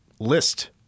List